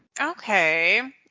Okay